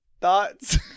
Thoughts